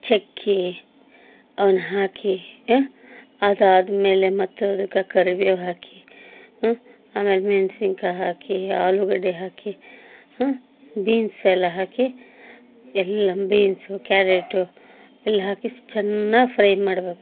ಛಕ್ಕೆ ಅವನ್ನು ಹಾಕಿ ಅದಾದ್ಮೇಲೆ ಮತ್ತು ಅದಕ್ಕೆ ಕರಿಬೇವು ಹಾಕಿ ಆಮೇಲೆ ಮೆಣ್ಸಿನ್ಕಾಯಿ ಹಾಕಿ ಆಲೂಗಡ್ಡೆ ಹಾಕಿ ಬೀನ್ಸ್ ಎಲ್ಲ ಹಾಕಿ ಎಲ್ಲ ಬೀನ್ಸು ಕ್ಯಾರೆಟು ಎಲ್ಲ ಹಾಕಿ ಚೆನ್ನಾಗಿ ಫ್ರೈ ಮಾಡ್ಬೇಕು